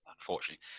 Unfortunately